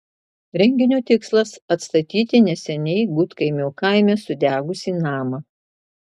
renginio tikslas atstatyti neseniai gudkaimio kaime sudegusį namą